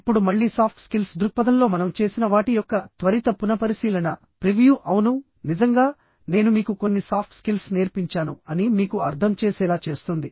ఇప్పుడు మళ్ళీ soft skills దృక్పథంలో మనం చేసిన వాటి యొక్క త్వరిత పునఃపరిశీలన ప్రివ్యూ అవును నిజంగా నేను మీకు కొన్ని సాఫ్ట్ స్కిల్స్ నేర్పించాను అని మీకు అర్థం చేసేలా చేస్తుంది